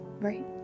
Right